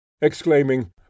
exclaiming